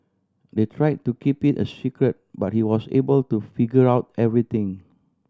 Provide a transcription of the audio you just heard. they try to keep it a secret but he was able to figure out everything